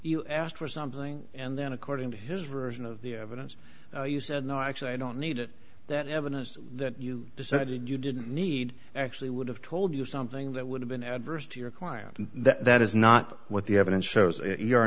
you asked for something and then according to his version of the evidence you said no actually i don't need that evidence that you decided you didn't need actually would have told you something that would have been adverse to your client and that is not what the evidence shows